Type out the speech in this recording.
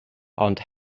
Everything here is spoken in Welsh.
ond